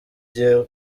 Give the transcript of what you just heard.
dieu